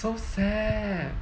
so sad